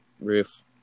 Roof